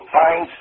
find